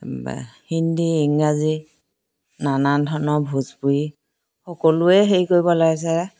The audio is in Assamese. বাহ হিন্দী ইংৰাজী নানান ধৰণৰ ভোজপুৰি সকলোৱে হেৰি কৰিব লাগে চাৰে